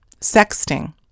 sexting